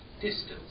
Distance